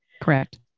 Correct